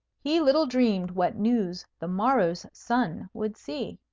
he little dreamed what news the morrow's sun would see.